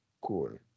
cool